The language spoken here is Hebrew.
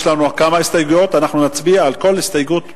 יש לנו כמה הסתייגויות ואנחנו נצביע על כל הסתייגות בנפרד.